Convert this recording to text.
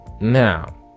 Now